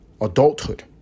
adulthood